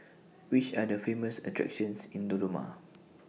Which Are The Famous attractions in Dodoma